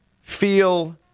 feel